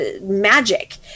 magic